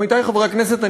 עמיתי חברי הכנסת,